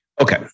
Okay